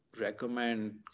recommend